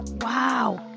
wow